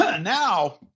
now